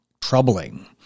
troubling